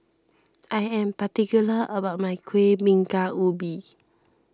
I am particular about my Kuih Bingka Ubi